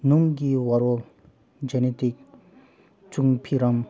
ꯅꯨꯡꯒꯤ ꯋꯥꯔꯣꯜ ꯖꯦꯅꯦꯇꯤꯛ ꯆꯨꯡ ꯐꯤꯔꯥꯟ